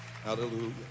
Hallelujah